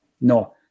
No